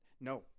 No